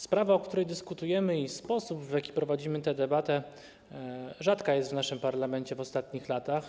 Sprawa, o której dyskutujemy, i sposób, w jaki prowadzimy tę debatę, rzadkie są w naszym parlamencie w ostatnich latach.